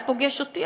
היה פוגש אותי,